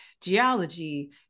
geology